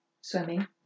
Swimming